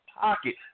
pocket